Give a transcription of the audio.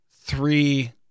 three